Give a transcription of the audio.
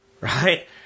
Right